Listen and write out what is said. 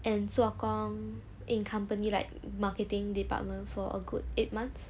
and 做工 in company like marketing department for a good eight months